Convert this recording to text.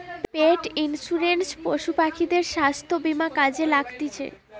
পেট insurance পশু পাখিদের স্বাস্থ্য বীমা কাজে লাগতিছে